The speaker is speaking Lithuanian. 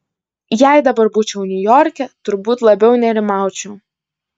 jei dabar būčiau niujorke turbūt labiau nerimaučiau